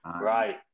Right